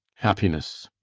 happiness!